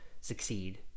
succeed